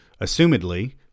Assumedly